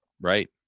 Right